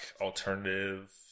Alternative